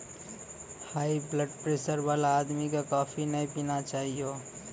high blood pressure वाला आदमी कॅ कॉफी नय पीना चाहियो